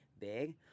big